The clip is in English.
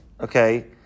okay